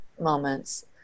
moments